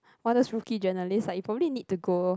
all those rookie journalist like you probably need to go